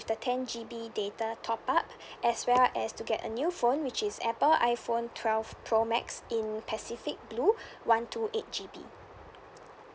the ten G_B data top up as well as to get a new phone which is apple iphone twelve pro max in pacific blue one two eight G_B